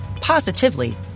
positively